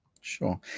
Sure